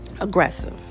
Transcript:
aggressive